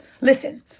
Listen